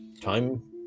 time